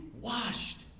washed